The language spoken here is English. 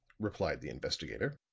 replied the investigator.